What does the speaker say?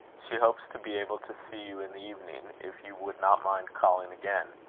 she hopes to be able to see you in the evening, if you would not mind calling again.